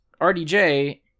RDJ